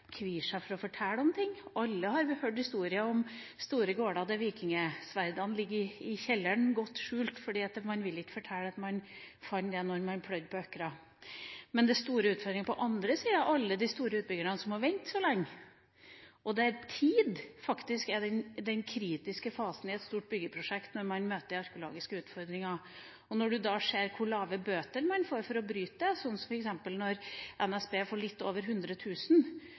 og for å fortelle om ting. Alle har vi hørt historier om store gårder der vikingsverdene ligger godt skjult i kjelleren fordi man ikke vil fortelle at man fant det da man pløyde på åkeren. Men den store utfordringa på den andre sida er alle de store utbyggerne som må vente så lenge. Tid er den kritiske fasen i et stort byggeprosjekt når man møter arkeologiske utfordringer. Når man da ser hvor lave bøter man får for å bryte loven – som f.eks. at NSB får en bot på litt over